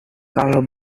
kalau